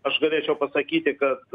aš galėčiau pasakyti kad